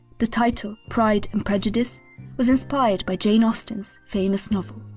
the title pride and prejudice was inspired by jane austen's famous novel.